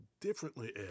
differently